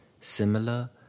similar